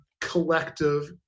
collective